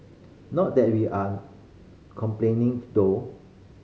not that we are complaining though